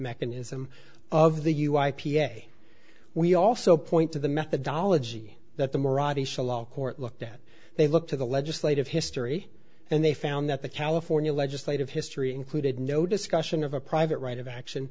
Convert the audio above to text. mechanism of the u i p s a we also point to the methodology that the mirage the shallow court looked at they look to the legislative history and they found that the california legislative history included no discussion of a private right of action